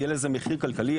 יהיה לזה מחיר כלכלי.